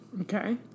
Okay